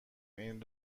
این